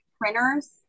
printers